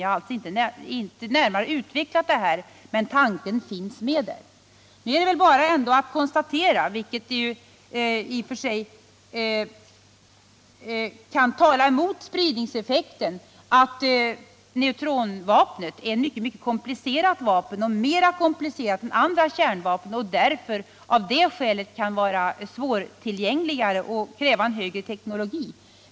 Jag har inte närmare utvecklat detta, men tanken finns med där. Mot spridningseffekten kan i och för sig tala att neutronbomben är ett mycket komplicerat vapen, mera komplicerat än andra kärnvapen, och av det skälet kan det vara svårtillgängligare och kräva en högre utvecklad teknologi.